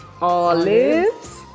Olives